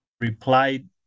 replied